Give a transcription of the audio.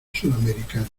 sudamericano